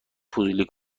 فضولی